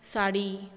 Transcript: sari